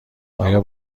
آیا